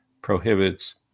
prohibits